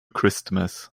christmas